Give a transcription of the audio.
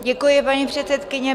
Děkuji, paní předsedkyně.